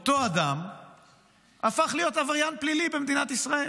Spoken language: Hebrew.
אותו אדם הפך להיות עבריין פלילי במדינת ישראל,